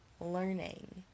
learning